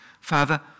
Father